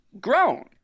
grown